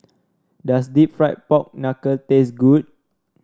does deep fried Pork Knuckle taste good